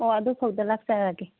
ꯑꯣ ꯑꯗꯨꯐꯥꯎꯗ ꯂꯥꯛꯆꯔꯒꯦ